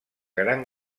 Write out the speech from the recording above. gran